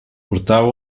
portava